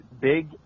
big